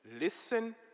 listen